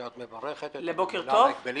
שאת מברכת את הממונה על ההגבלים